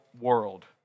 world